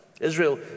Israel